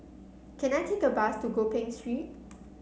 can I take a bus to Gopeng Street